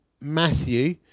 Matthew